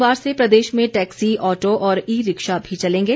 सोमवार से प्रदेश में टैक्सी ऑटो और ई रिक्शा भी चलेंगे